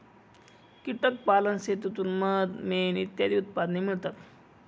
कीटक पालन शेतीतून मध, मेण इत्यादी उत्पादने मिळतात